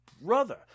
brother